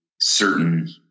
certain